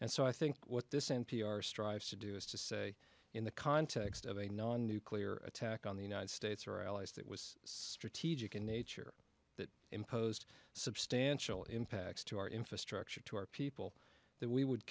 and so i think what this in p r strives to do is to say in the context of a non nuclear attack on the united states or our allies that was strategic in nature that imposed substantial impacts to our infrastructure to our people that we would